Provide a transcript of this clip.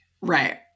Right